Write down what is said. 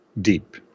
deep